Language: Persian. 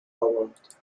خواباندند